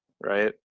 right